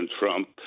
Trump